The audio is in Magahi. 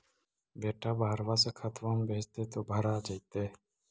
बेटा बहरबा से खतबा में भेजते तो भरा जैतय?